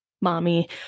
mommy